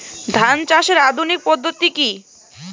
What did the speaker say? ধান চাষের আধুনিক পদ্ধতি কি?